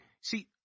see